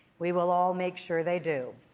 we will all make sure they do.